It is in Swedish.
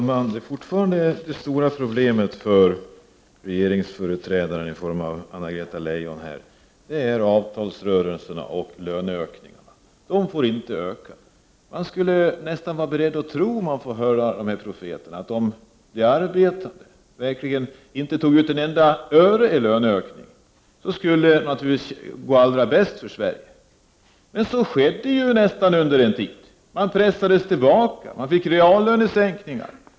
Herr talman! Det stora problemet för regeringsföreträdarna i form av bl.a. Anna-Greta Leijon är fortfarande avtalsrörelserna och löneökningarna. Lönerna får inte öka. Man skulle nästan vara beredd att tro dessa profeter att om de arbetande inte tog ut ett enda öre i löneökning skulle det gå allra bäst för Sverige. Men så skedde nästan under en tid. Man pressades tillbaka och fick reallönesänkningar.